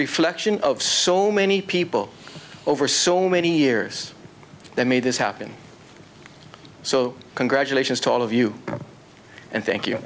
reflection of so many people over so many years that made this happen so congratulations to all of you and thank you